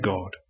God